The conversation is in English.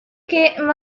came